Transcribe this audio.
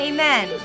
Amen